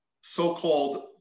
so-called